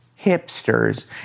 hipsters